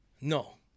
No